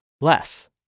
less